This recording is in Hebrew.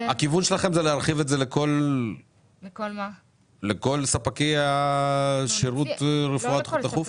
הכיוון שלכם הוא להרחיב את זה לכל ספקי שירותי הרפואה הדחופה?